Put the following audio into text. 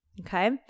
Okay